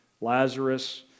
Lazarus